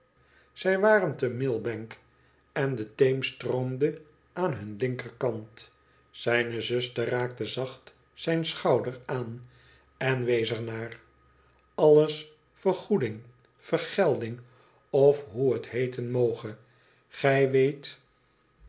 zij waren te millbank en de theems stroomde aan hun linkerkant zijne zuster raakte zacht zijn schouder aan en wees er naar alles vergoeding vergelding of hoe het heeten moge gij weet